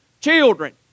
children